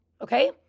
okay